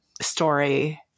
story